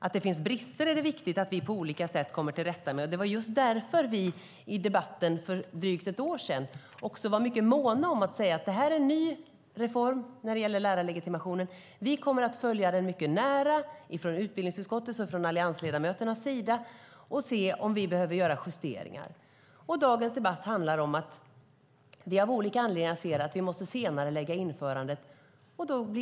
Att det finns brister är det viktigt att vi på olika sätt kommer till rätta med. Det var därför som vi i debatten för drygt ett år sedan var noga med att säga att lärarlegitimationen är en ny reform, och att utbildningsutskottet och alliansledamöterna kommer att följa den nära och se om vi behöver göra justeringar. Dagens debatt handlar om att vi av olika anledningar måste senarelägga införandet.